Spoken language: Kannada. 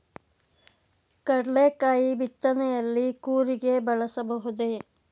ಕಡ್ಲೆಕಾಯಿ ಬಿತ್ತನೆಯಲ್ಲಿ ಕೂರಿಗೆ ಬಳಸಬಹುದೇ?